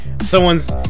someone's